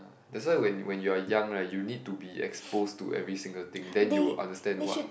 that's why when when you are young right you need to be exposed to every single thing then you will understand what